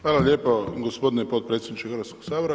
Hvala lijepo gospodine potpredsjedniče Hrvatskoga sabora.